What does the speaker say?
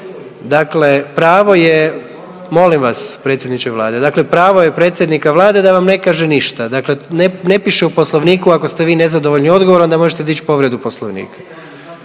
dakle pravo je, molim vas, predsjedniče Vlade. Dakle pravo je predsjednika Vlade da vam ne kaže ništa. Dakle ne piše u Poslovniku ako ste vi nezadovoljni odgovorom da možete dići povredu Poslovnika.